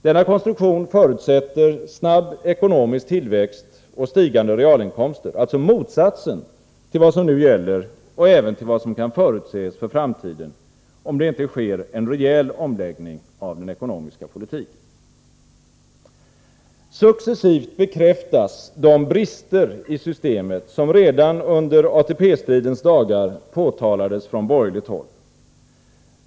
Denna konstruktion förutsätter snabb ekonomisk tillväxt och stigande realinkomster, alltså motsatsen till vad som nu gäller och även till vad som kan förutses för framtiden, om det inte sker en rejäl omläggning av den ekonomiska politiken. Successivt bekräftas de brister i systemet som redan under ATP-stridens dagar påtalades från borgerligt håll.